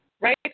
right